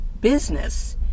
business